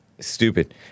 Stupid